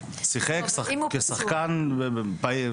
לא, לא, שיחק כשחקן בהרכב.